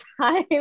time